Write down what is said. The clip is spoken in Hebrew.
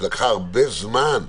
שלקחה הרבה זמן,